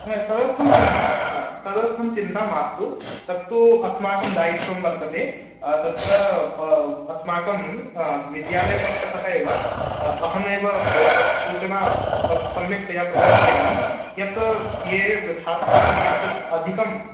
न तदर्थं चिन् तदर्थं चिन्ता मास्तु तत्तु अस्माकं दायित्वं वर्तते तत्र अस्माकं विद्यालयपक्षतः एव अहमेव तत् सूचनां सम्यक्तया प्रदास्यामि यत् ये छात्राः किञ्चित् अधिकं